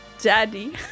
Daddy